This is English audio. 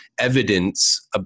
evidence